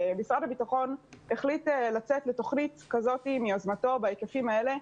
שמשרד הביטחון החליט לצאת לתוכנית כזאת מיוזמתו בהיקפים האלה,